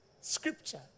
scripture